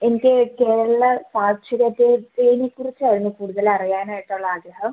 എനിക്ക് കേരള സാക്ഷരതേനെ കുറിച്ചായിരുന്നു കൂടുതൽ അറിയാനായിട്ടുള്ള ആഗ്രഹം